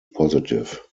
positive